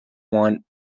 want